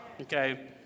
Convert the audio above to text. Okay